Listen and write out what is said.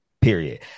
period